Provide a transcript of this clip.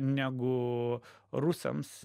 negu rusams